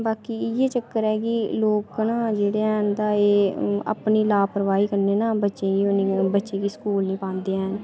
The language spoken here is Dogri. बाकी इ'यै चक्कर ऐ कि लोक न जेह्ड़े हैन तां एह् अपनी लापरवाही कन्नै ना बच्चें गी ओह् नी बच्चे गी स्कूल नेईं पांदे हैन